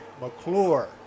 McClure